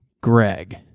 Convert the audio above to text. Greg